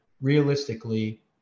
realistically